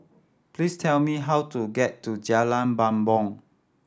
please tell me how to get to Jalan Bumbong